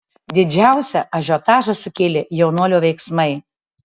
didžiausią ažiotažą sukėlė jaunuolio veiksmai